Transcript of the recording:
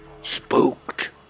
Spooked